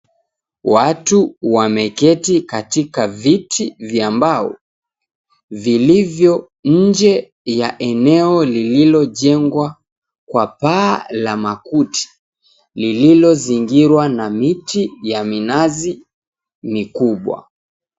Watu wameketi katika viti vya mbao, vilivyo inje ya eneo lililojengwa kwa paa la makuti lililozingirwa na miti ya minazi mikubwa.